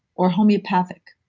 or homeopathic.